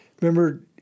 remember